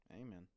Amen